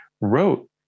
wrote